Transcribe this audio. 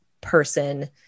person